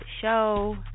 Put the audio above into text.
show